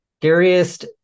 Scariest